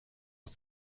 att